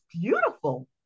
beautiful